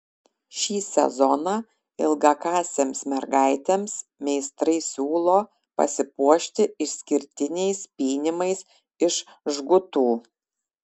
šį sezoną ilgakasėms mergaitėms meistrai siūlo pasipuošti išskirtiniais pynimais iš žgutų